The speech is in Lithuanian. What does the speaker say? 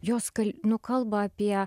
jos kal nu kalba apie